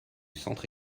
centre